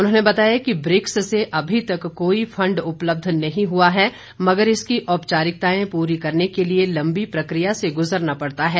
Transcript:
उन्होंने बताया कि ब्रिक्स से अभी तक कोई फंड उपलब्ध नहीं हुआ है मगर इसकी औपचारिकताएं पूरी करने के लिए लंबी प्रकिया से गुजरना पड़ता है